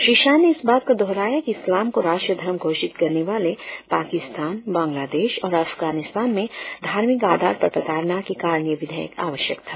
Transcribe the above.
श्री शाह ने इस बात को दोहराया कि इस्लाम को राष्ट्रीय धर्म घोषित करने वाले पाकिस्तान बांग्लादेश और अफ्गानिस्तान में धार्मिक आधार पर प्रताड़ना के कारण ये विधेयक आवश्यक था